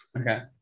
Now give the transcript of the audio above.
okay